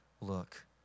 look